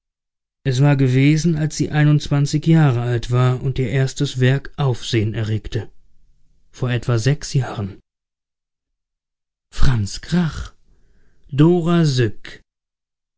es war gewesen als sie einundzwanzig jahre alt war und ihr erstes werk aufsehen erregte vor etwa sechs jahren franz grach dora syk